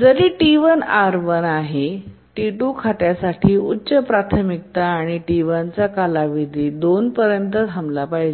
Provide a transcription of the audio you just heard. जरी T1आहे R1 आणि T2खात्यासाठी उच्च प्राथमिकता आणि T1चा कालावधी 2 पर्यंत थांबला पाहिजे